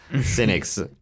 cynics